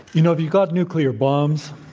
you know if you've got nuclear bombs,